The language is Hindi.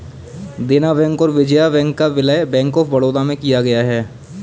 देना बैंक और विजया बैंक का विलय बैंक ऑफ बड़ौदा में किया गया है